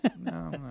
no